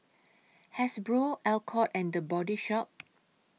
Hasbro Alcott and The Body Shop